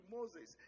Moses